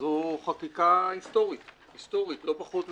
זו חקיקה היסטורית היסטורית, לא פחות מזה.